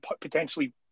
potentially